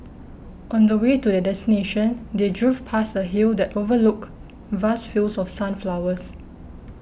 on the way to their destination they drove past a hill that overlooked vast fields of sunflowers